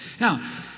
Now